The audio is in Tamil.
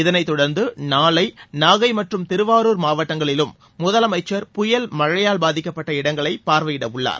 இதனைத் தொடர்ந்து நாளை நாகை மற்றம் திருவாரூர் மாவட்டங்களிலும் முதலமைச்சர் புயல் மழையால் பாதிக்கப்பட்ட இடங்களை பார்வையிட உள்ளார்